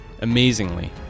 Amazingly